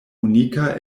unika